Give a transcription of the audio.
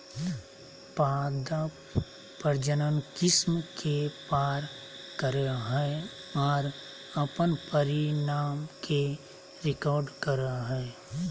पादप प्रजनन किस्म के पार करेय हइ और अपन परिणाम के रिकॉर्ड करेय हइ